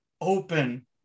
open